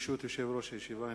ברשות יושב-ראש הישיבה,